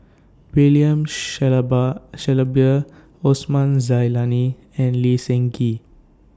William Shellaber Shellabear Osman Zailani and Lee Seng Gee